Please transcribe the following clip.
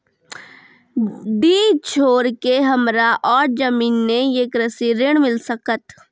डीह छोर के हमरा और जमीन ने ये कृषि ऋण मिल सकत?